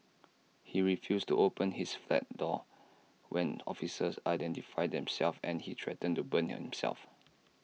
he refused to open his flat door when officers identified themselves and he threatened to burn himself